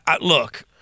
look